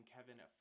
Kevin